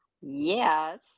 Yes